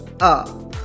up